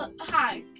Hi